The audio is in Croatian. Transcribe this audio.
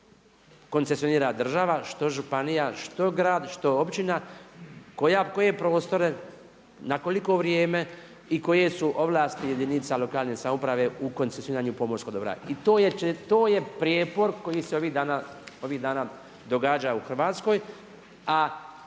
koncesionara država, što županija, što grad, što općina, koje prostore, na koliko vrijeme i koje su ovlasti jedinica lokalne samouprave u koncesioniranju pomorskog dobra. I to je prijepor koji se ovih dana događa u Hrvatskoj, a